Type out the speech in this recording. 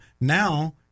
now